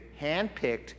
handpicked